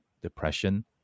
depression